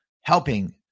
helping